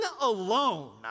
alone